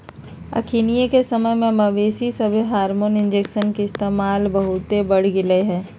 अखनिके समय में मवेशिय सभमें हार्मोन इंजेक्शन के इस्तेमाल बहुते बढ़ गेलइ ह